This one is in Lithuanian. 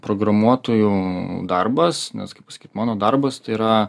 programuotojų darbas nes kaip pasakyt mano darbas yra